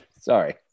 Sorry